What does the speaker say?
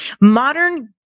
Modern